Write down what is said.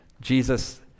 Jesus